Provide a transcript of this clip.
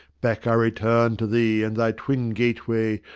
back i return to thee and thy twin gateway,